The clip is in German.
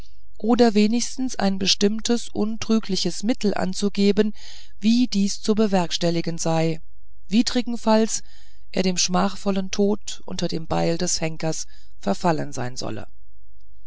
oder wenigstens ein bestimmtes untrügliches mittel anzugeben wie dies zu bewerkstelligen sei widrigenfalls er dem schmachvollen tode unter dem beil des henkers verfallen sein solle